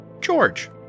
George